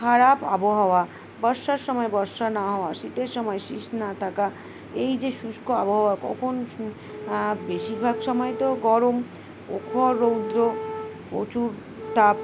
খারাপ আবহাওয়া বর্ষার সময় বর্ষা না হওয়া শীতের সময় শীত না থাকা এই যে শুষ্ক আবহাওয়া কখন বেশিরভাগ সময় তো গরম ওখর রৌদ্র প্রচুর তাপ